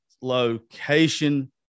location